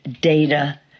data